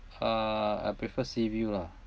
uh I prefer sea view lah